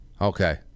Okay